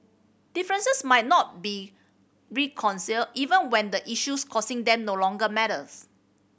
differences might not be reconciled even when the issues causing them no longer matters